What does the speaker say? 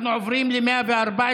אנחנו עוברים ל-114.